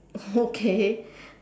okay